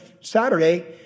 Saturday